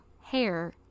hair